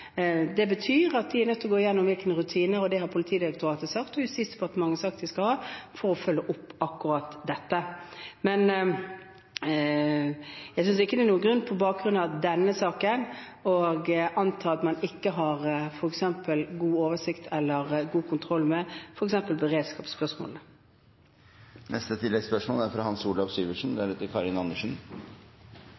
er nødt til å gå gjennom sine rutiner – og det har Politidirektoratet og Justisdepartementet sagt at de vil gjøre – for å følge opp akkurat dette. Men jeg synes ikke at det på bakgrunn av denne saken er noen grunn til å anta at man ikke har god oversikt over eller god kontroll med f.eks. beredskapsspørsmålene. Hans Olav Syversen – til oppfølgingsspørsmål. Det er